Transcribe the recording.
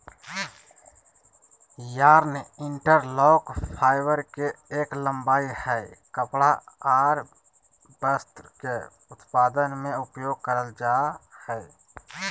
yarn interlock, fibre के एक लंबाई हय कपड़ा आर वस्त्र के उत्पादन में उपयोग करल जा हय